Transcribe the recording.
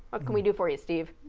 what can we do for you, steve?